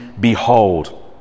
behold